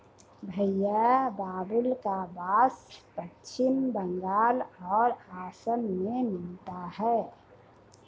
भईया बाबुल्का बास पश्चिम बंगाल और असम में मिलता है